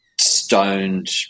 stoned